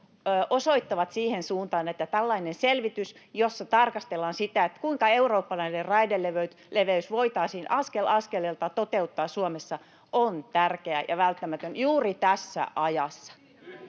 osoittavat siihen suuntaan, että tällainen selvitys, jossa tarkastellaan sitä, kuinka eurooppalainen raideleveys voitaisiin askel askeleelta toteuttaa Suomessa, on tärkeä ja välttämätön juuri tässä ajassa.